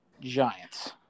giants